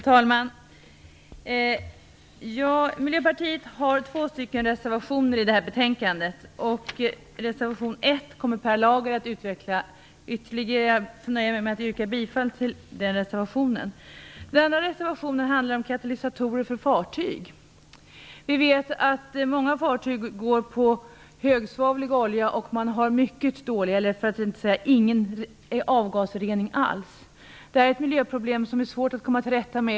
Fru talman! Miljöpartiet har två reservationer fogade till detta betänkande. Per Lager kommer att utveckla tankegångarna i reservation nr 1 ytterligare. Jag nöjer mig med att yrka bifall till reservation 1. Den andra reservationen handlar om katalysatorer för fartyg. Vi vet att många fartyg går på högsvavlig olja och med mycket dålig eller ingen avgasrening alls. Detta är ett miljöproblem som det är svårt att komma till rätta med.